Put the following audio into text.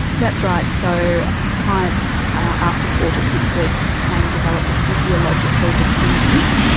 that's right, so clients after four to six weeks can develop a physiological dependence,